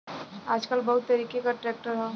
आजकल बहुत तरीके क ट्रैक्टर हौ